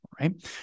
Right